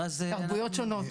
תרבויות שונות.